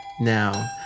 Now